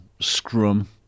Scrum